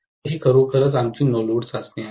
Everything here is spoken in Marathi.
तर ही खरोखरच आमची नो लोड चाचणी आहे